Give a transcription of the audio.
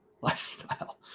lifestyle